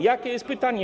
Jakie jest pytanie?